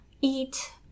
eat